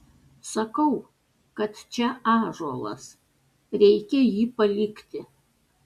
sakau kad čia ąžuolas reikia jį palikti